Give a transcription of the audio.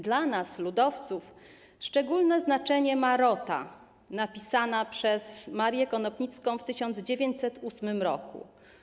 Dla nas, ludowców, szczególne znaczenie ma Rota napisana przez Marię Konopnicką w 1908 r.